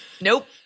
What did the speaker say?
Nope